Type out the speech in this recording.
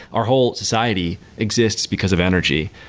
our whole society exists because of energy,